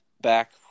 back